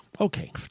Okay